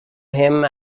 him